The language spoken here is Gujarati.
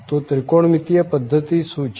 તો ત્રિકોણમિતિય પધ્ધતિ શું છે